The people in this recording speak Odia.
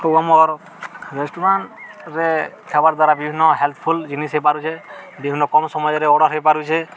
ଆଉ ଆମର୍ ରେଷ୍ଟୁରାଣ୍ଟ୍ରେ ଖାବାର୍ ଦ୍ୱାରା ବିଭିନ୍ନ ହେଲ୍ପଫୁଲ୍ ଜିନିଷ୍ ହେଇପାରୁଛେ ବିଭିନ୍ନ କମ୍ ସମୟରେ ଅର୍ଡ଼ର୍ ହେଇପାରୁଛେ